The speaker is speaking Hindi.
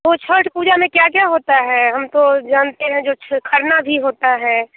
तो छत्त पूजा में क्या क्या होता है हम तो जानते हैं जो छ खरना भी होता है